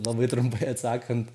labai trumpai atsakant